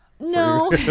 No